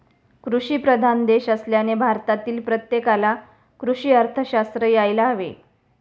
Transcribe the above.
कृषीप्रधान देश असल्याने भारतातील प्रत्येकाला कृषी अर्थशास्त्र यायला हवे